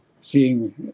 seeing